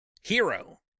Hero